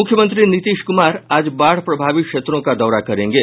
मुख्यमंत्री नीतीश कुमार आज बाढ़ प्रभावित क्षेत्रों का दौरा करेंगे